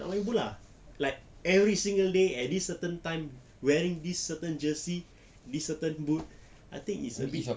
nak main bola like every single day at this certain time wearing this certain jersey with certain boot I think it's a bit